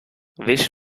this